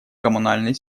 коммунальной